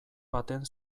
baten